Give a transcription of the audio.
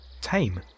tame